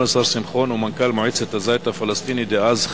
השר שמחון ומנכ"ל מועצת הזית הפלסטינית דאז,